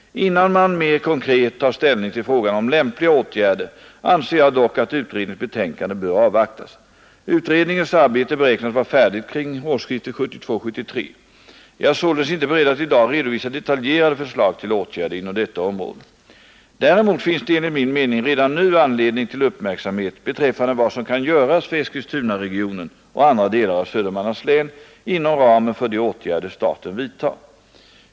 Innan man mer konkret tar ställning till frågan om lämpliga åtgärder anser jag dock att utredningens betänkande bör avvaktas. Utredningens arbete beräknas vara färdigt kring årsskiftet 1972-1973. Jag är således inte beredd att i dag redovisa detaljerade förslag till åtgärder inom detta område. Däremot finns det enligt min mening redan nu anledning till uppmärksamhet beträffande vad som kan göras för Eskilstunaregionen och andra delar av Södermanlands län inom ramen för de åtgärder staten vidtar.